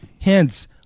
Hence